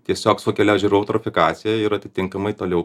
tiesiog sukelia ežerų eutrofikaciją ir atitinkamai toliau